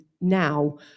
now